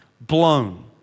blown